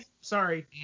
sorry